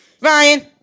Ryan